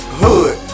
hood